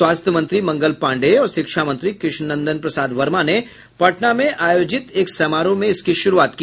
स्वास्थ्य मंत्री मंगल पांडेय और शिक्षा मंत्री कृष्णनंदन प्रसाद वर्मा ने पटना में आयोजित एक समारोह में इसकी शुरूआत की